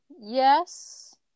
yes